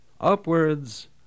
upwards